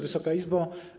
Wysoka Izbo!